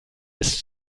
ist